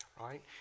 Right